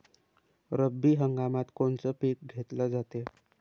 रब्बी हंगामात कोनचं पिक घेतलं जाते?